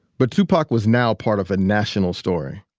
but tupac was now part of a national story.